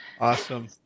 Awesome